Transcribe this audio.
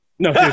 No